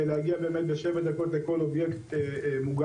להגיע באמת בתוך שבע דקות לכל אובייקט מוגן.